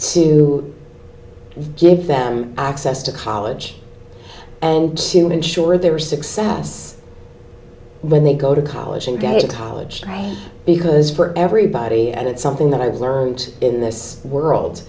to give them access to college and ensure they were success when they go to college and get to college because for everybody and it's something that i've learnt in this world